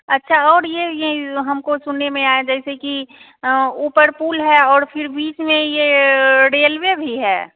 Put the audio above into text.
अच्छा और ये ये हमको सुनने में आया जैसे कि आ ऊपर पुल है और फिर बीच में ये रेलवे भी है